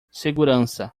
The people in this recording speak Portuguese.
segurança